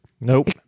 Nope